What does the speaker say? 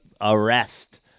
arrest